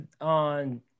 on